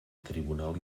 tribunal